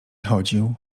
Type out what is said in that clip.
chodził